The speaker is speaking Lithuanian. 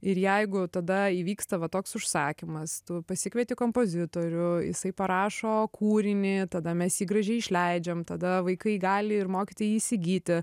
ir jeigu tada įvyksta va toks užsakymas tu pasikvieti kompozitorių jisai parašo kūrinį tada mes jį gražiai išleidžiam tada vaikai gali ir mokytojai jį įsigyti